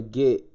get